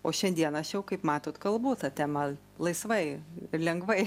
o šiandieną aš aju kaip matot kalbu ta tema laisvai ir lengvai